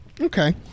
okay